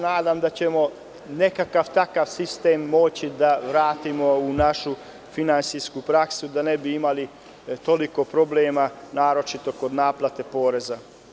Nadam se da ćemo nekakav takav sistem moći da vratimo u našu finansijsku praksu, da ne bismo imali toliko problema, a naročito kod naplate poreza.